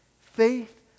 Faith